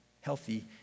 healthy